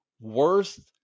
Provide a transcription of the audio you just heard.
worth